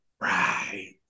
Right